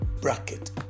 bracket